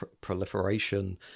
proliferation